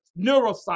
Neuroscience